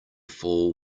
fall